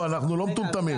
אנחנו לא מטומטמים.